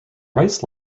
writes